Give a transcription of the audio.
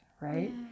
right